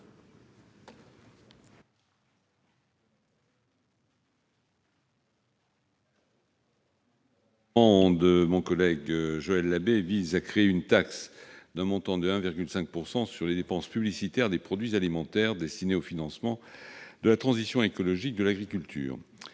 Cet amendement de Joël Labbé vise à créer une taxe d'un montant de 1,5 % sur les dépenses publicitaires des produits alimentaires. Elle serait destinée au financement de la transition écologique de l'agriculture.